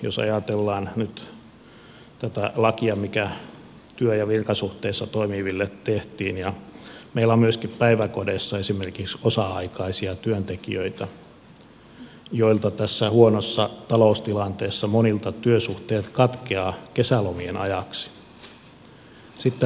jos ajatellaan nyt tätä lakia mikä työ ja virkasuhteessa toimiville tehtiin niin meillä on myöskin päiväkodeissa esimerkiksi osa aikaisia työntekijöitä joista monilta tässä huonossa taloustilanteessa työsuhteet katkeavat kesälomien ajaksi